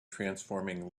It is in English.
transforming